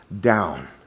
down